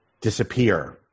disappear